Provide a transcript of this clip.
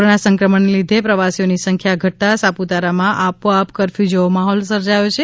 corona સંક્રમણ ને લીધે પ્રવાસીઓની સંખ્યા ઘટતા સાપુતારા માં આપોઆપ કરફ્યુ જેવો માહોલ સર્જાયો છે